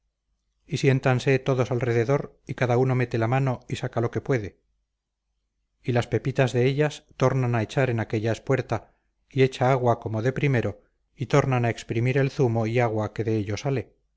y siéntanse todos alrededor y cada uno mete la mano y saca lo que puede y las pepitas de ellas tornan a echar en aquella espuerta y echa agua como de primero y tornan a exprimir el zumo y agua que de ello sale